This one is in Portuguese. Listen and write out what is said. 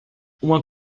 uma